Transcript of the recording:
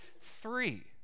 three